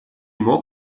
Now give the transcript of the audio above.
мог